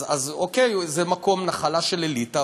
אז אוקיי, זו נחלה של אליטה.